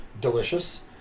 Delicious